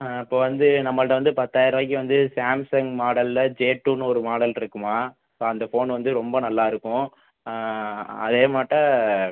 இப்போ வந்து நம்மள்கிட்ட வந்து பத்தாயிருவாய்க்கு வந்து சாம்சங் மாடலில் ஜேடூன்னு ஒரு மாடல் இருக்கும்மா இப்போ அந்த ஃபோன்னு வந்து ரொம்ப நல்லா இருக்கும் அதே மாட்ட